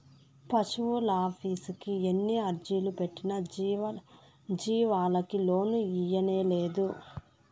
పశువులాఫీసుకి ఎన్ని అర్జీలు పెట్టినా జీవాలకి లోను ఇయ్యనేలేదు